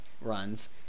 runs